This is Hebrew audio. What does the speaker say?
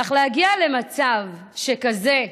אך להגיע למצב שכזה,